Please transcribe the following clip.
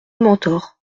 mentors